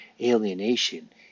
alienation